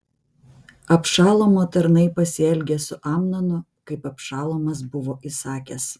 abšalomo tarnai pasielgė su amnonu kaip abšalomas buvo įsakęs